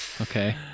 Okay